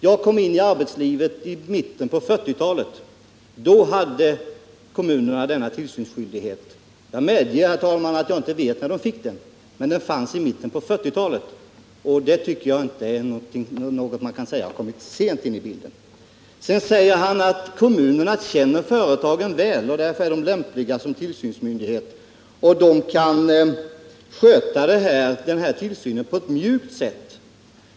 Jag kom in i arbetslivet i mitten på 1940-talet. Då hade kommunerna denna tillsynsskyldighet. Jag medger, herr talman, att jag inte vet när de fick den. Men den fanns alltså i mitten på 1940-talet, och då tycker jag inte man kan säga att detta är något som kommit sent in i bilden. Johan Olsson säger att kommunerna känner företagen väl — därför är de lämpliga som tillsynsmyndighet, och de kan sköta tillsynen på ett mjukt sätt.